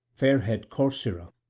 fair-haired corcyra,